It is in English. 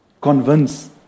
convince